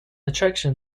attraction